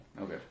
okay